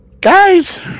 Guys